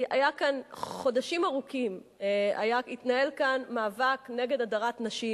חודשים ארוכים התנהל כאן מאבק נגד הדרת נשים.